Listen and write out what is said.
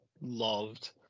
loved